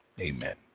Amen